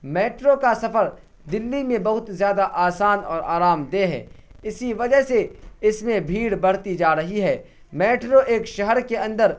metro کا سفر دلی میں بہت زیادہ آسان اور آرام دہ ہے اسی وجہ سے اس میں بھیڑ بڑھتی جا رہی ہے میٹرو ایک شہر کے اندر